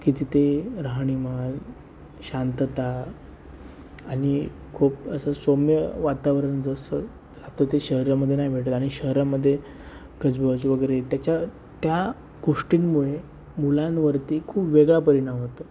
की तिथे राहणीमान शांतता आणि खूप असं सौम्य वातावरण जसं आता ते शहरामध्ये नाही भेटत आणि शहरामध्ये गजबज वगैरे त्याच्या त्या गोष्टींमुळे मुलांवरती खूप वेगळा परिणाम होतो